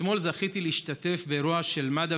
אתמול זכיתי להשתתף באירוע של מד"א